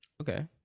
okay